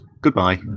Goodbye